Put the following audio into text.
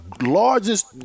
largest